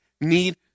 need